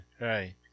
Right